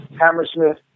Hammersmith